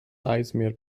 eismeer